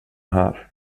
här